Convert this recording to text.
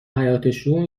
حیاطشون